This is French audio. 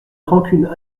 rancune